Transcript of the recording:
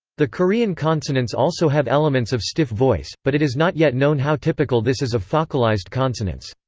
the korean consonants also have elements of stiff voice, but it is not yet known how typical this is of faucalized consonants.